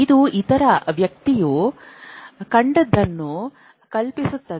ಇದು ಇತರ ವ್ಯಕ್ತಿಯು ಕಂಡದ್ದನ್ನು ಕಲ್ಪಿಸುತ್ತದೆ